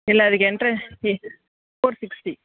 இல்லை அதுக்கு entrance four sixty